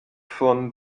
von